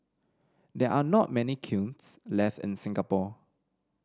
there are not many kilns left in Singapore